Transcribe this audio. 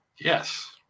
Yes